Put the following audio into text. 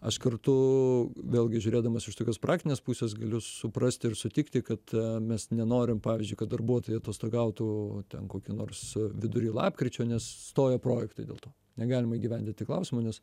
aš kartu vėlgi žiūrėdamas iš tokios praktinės pusės galiu suprasti ir sutikti kad mes nenorim pavyzdžiui kad darbuotojai atostogautų ten kokį nors vidury lapkričio nes stoja projektai dėl to negalima įgyvendinti klausimų nes